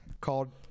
called